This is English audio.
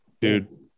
dude